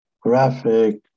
graphic